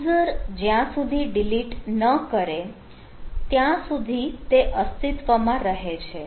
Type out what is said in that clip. user જ્યાં સુધી delete ન કરે ત્યાં સુધી તે અસ્તિત્વમાં રહે છે